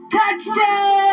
Touchdown